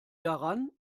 daran